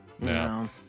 No